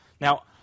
Now